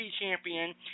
champion